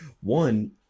One